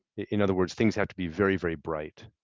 in other words, things have to be very, very bright.